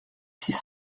six